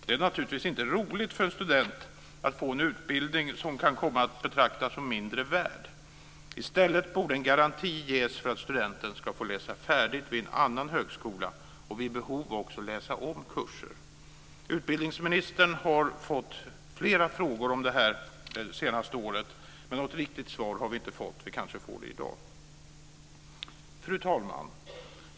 Det är naturligtvis inte roligt för en student att få en utbildning som kan komma att betraktas som mindre värd. I stället borde en garanti ges för att studenten ska få läsa färdigt vid en annan högskola och vid behov också läsa om kurser. Utbildningsministern har fått flera frågor om detta under det senaste året men något riktigt svar har vi inte fått. Kanske får vi det i dag. Fru talman!